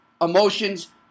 emotions